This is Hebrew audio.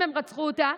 אם הם רצחו אותה,